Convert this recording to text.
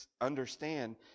understand